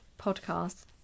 podcast